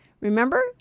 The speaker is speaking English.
Remember